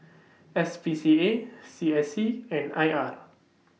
S P C A C S C and I R